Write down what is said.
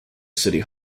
city